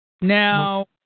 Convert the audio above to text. Now